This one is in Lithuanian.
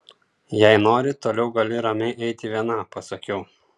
jei nori toliau gali ramiai eiti viena pasakiau